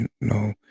no